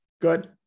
Good